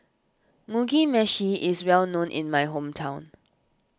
Mugi Meshi is well known in my hometown